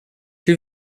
two